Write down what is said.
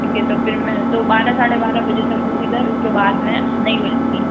ठीक है तो फिर मैं तो बारह साढ़े बारह बजे तक हूँ इधर उस के बाद मैं नहीं मिलूँगी